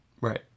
Right